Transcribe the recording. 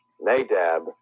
Nadab